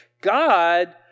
God